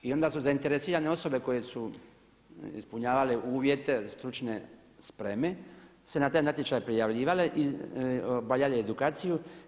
I onda su zainteresirane osobe koje su ispunjavale uvjete stručne spreme se na taj natječaj prijavljivale i obavljale edukaciju.